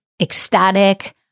ecstatic